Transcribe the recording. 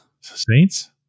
Saints